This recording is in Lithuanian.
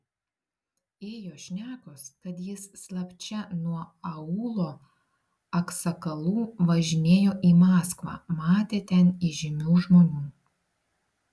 ėjo šnekos kad jis slapčia nuo aūlo aksakalų važinėjo į maskvą matė ten įžymių žmonių